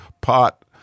pot